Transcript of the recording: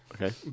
Okay